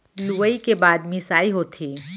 लुवई के बाद मिंसाई होथे